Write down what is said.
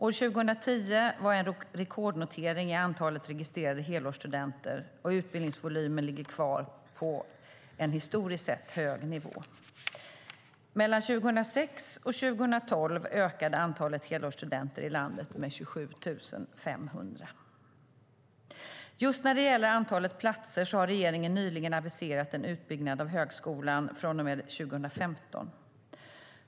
År 2010 var en rekordnotering i antalet registrerade helårsstudenter, och utbildningsvolymen ligger kvar på en historiskt sett hög nivå. Mellan 2006 och 2012 ökade antalet helårsstudenter i landet med 27 500. Just när det gäller antalet platser har regeringen nyligen aviserat en utbyggnad av högskolan från och med 2015.